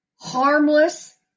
harmless